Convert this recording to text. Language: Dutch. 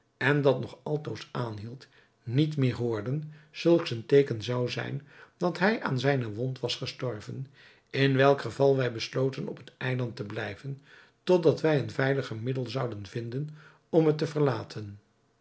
gebrul dat nog altoos aanhield niet meer hoorden zulks een teeken zou zijn dat hij aan zijne wond was gestorven in welk geval wij besloten op het eiland te blijven tot dat wij een veiliger middel zouden vinden om het te verlaten